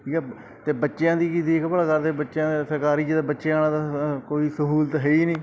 ਠੀਕ ਹੈ ਅਤੇ ਬੱਚਿਆਂ ਦੀ ਕੀ ਦੇਖ ਭਾਲ ਕਰਦੇ ਬੱਚਿਆਂ ਦੇ ਸਰਕਾਰੀ 'ਚ ਅਤੇ ਬੱਚਿਆਂ ਕੋਈ ਸਹੂਲਤ ਹੈ ਹੀ ਨਹੀਂ